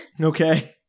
Okay